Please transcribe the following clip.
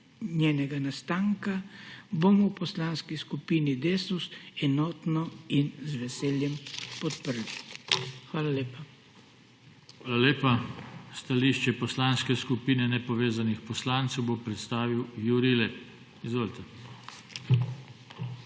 njenega nastanka, bomo v Poslanski skupini Desus enotno in z veseljem podprli. Hvala lepa. PODPREDSEDNIK JOŽE TANKO: Hvala lepa. Stališče Poslanske skupine nepovezanih poslancev bo predstavil Jurij Lep. Izvolite.